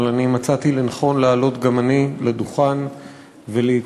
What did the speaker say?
אבל מצאתי לנכון לעלות גם אני לדוכן ולהתייצב